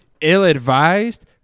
ill-advised